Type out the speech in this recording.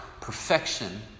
Perfection